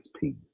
peace